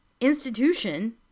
institution